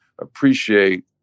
appreciate